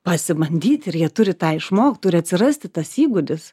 pasibandyti ir jie turi tą išmokt turi atsirasti tas įgūdis